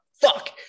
fuck